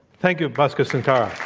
thank you, bhaskar sunkara.